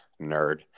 nerd